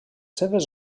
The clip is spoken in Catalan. seves